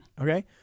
Okay